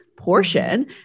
Portion